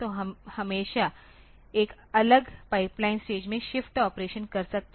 तो हम हमेशा एक अलग पाइपलाइन स्टेज में शिफ्ट ऑपरेशन कर सकते हैं